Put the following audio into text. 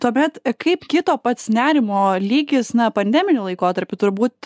tuomet kaip kito pats nerimo lygis na pandeminiu laikotarpiu turbūt